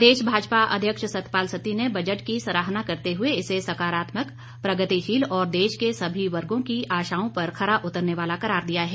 प्रदेश भाजपा अध्यक्ष सतपाल सत्ती ने बजट की सराहना करते हुए इसे सकारात्मक प्रगतिशील और देश के सभी वर्गों की आशाओं पर खरा उतरने वाला करार दिया है